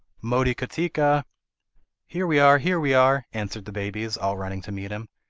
motikatika here we are! here we are answered the babies, all running to meet him.